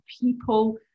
people